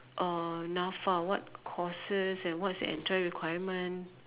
uh Nafa what courses and what's the entry requirement